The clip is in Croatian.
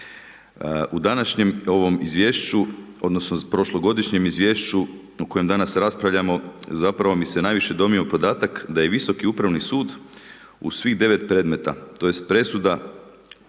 U današnjem izvješću odnosno, u prošlogodišnjem izvješću u kojem danas raspravljamo, zapravo mi se najviše dojmio podatak da je Visoki upravni sud, u svih 9. predmeta, tj. presuda odbacio